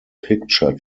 picture